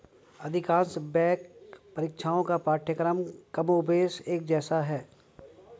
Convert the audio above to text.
अधिकांश बैंक परीक्षाओं का पाठ्यक्रम कमोबेश एक जैसा है